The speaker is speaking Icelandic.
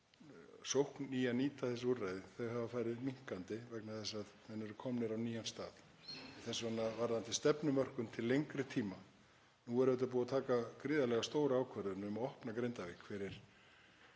en sókn í að nýta þessi úrræði, hafa farið minnkandi vegna þess að menn eru komnir á nýjan stað. Og þess vegna, varðandi stefnumörkun til lengri tíma, er búið að taka núna gríðarlega stóra ákvörðun um að opna Grindavík fyrir